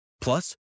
Plus